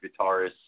guitarists